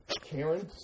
Karen